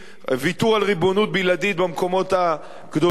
ויתור על ריבונות בלעדית במקומות הקדושים,